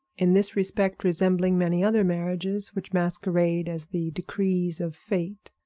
in this respect resembling many other marriages which masquerade as the decrees of fate.